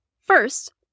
First